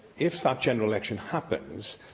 if that general election happens,